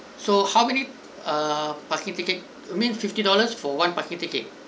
so how many err parking ticket you mean fifty dollars for one parking ticket